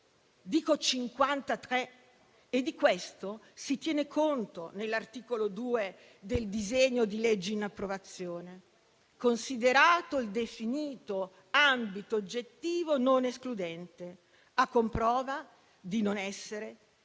dico 53 - e di questo si tiene conto nell'articolo 2 del disegno di legge in approvazione, considerato il definito ambito oggettivo non escludente, a comprova di non essere in linea